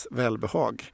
välbehag